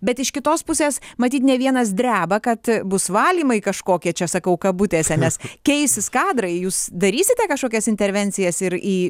bet iš kitos pusės matyt ne vienas dreba kad bus valymai kažkokie čia sakau kabutėse nes keisis kadrai jūs darysite kažkokias intervencijas ir į